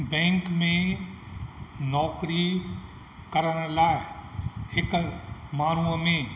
bank में नौकिरी करण लाइ हिकु माण्हूअ में